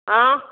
हा